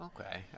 Okay